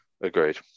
Agreed